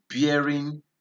bearing